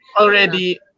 already